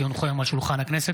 כי הונחו היום על שולחן הכנסת,